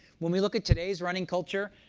when we look at today's running culture,